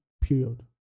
period